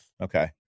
okay